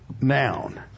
noun